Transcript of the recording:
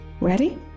Ready